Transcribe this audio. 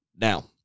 Now